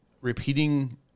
repeating